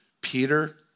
Peter